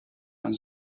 aan